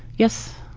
yes,